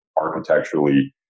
architecturally